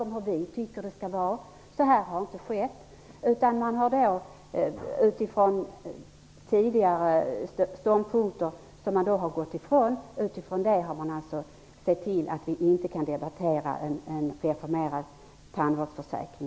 Så har inte skett, utan oppositionspartierna har utifrån tidigare ståndpunkter, som man nu har gått ifrån, sett till att vi i dag inte kan debattera en reformerad tandvårdsförsäkring.